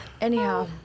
Anyhow